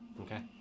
Okay